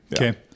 okay